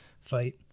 fight